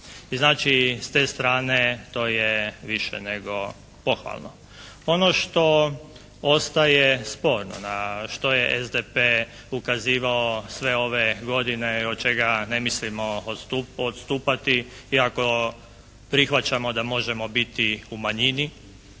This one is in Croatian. I znači s te strane to je više nego pohvalno. Ono što ostaje sporno, na što je SDP ukazivao sve ove godine i od čega ne mislimo odstupati, iako prihvaćamo da možemo biti u manjini,